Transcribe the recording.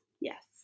Yes